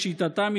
לשיטתם,